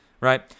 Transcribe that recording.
right